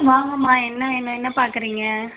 வாங்கம்மா என்ன வேணும் என்ன பார்க்குறீங்க